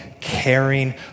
caring